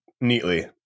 neatly